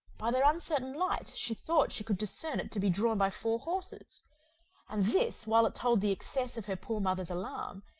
by their uncertain light she thought she could discern it to be drawn by four horses and this, while it told the excess of her poor mother's alarm,